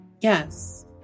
Yes